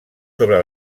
sobre